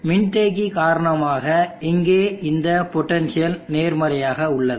மின்தேக்கி காரணமாக இங்கே இந்த பொட்டன்ஷியல் நேர்மறையாக உள்ளது